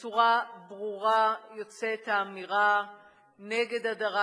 בצורה ברורה, יוצאת האמירה נגד הדרת נשים,